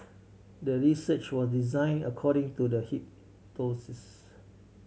the research was design according to the